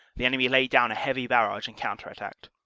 the enemy laid down a heavy barrage and counter-attacked.